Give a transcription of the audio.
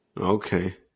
Okay